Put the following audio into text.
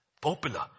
popular